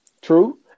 True